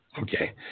Okay